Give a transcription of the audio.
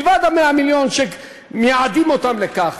מלבד 100 המיליון שמייעדים לכך.